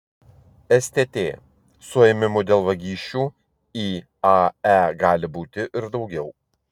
stt suėmimų dėl vagysčių iae gali būti ir daugiau